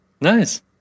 Nice